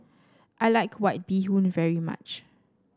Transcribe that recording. I like White Bee Hoon very much